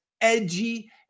edgy